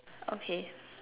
okay